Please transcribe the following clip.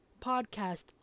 podcast